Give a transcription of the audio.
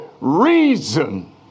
reason